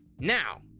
Now